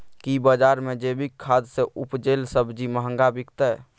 की बजार मे जैविक खाद सॅ उपजेल सब्जी महंगा बिकतै?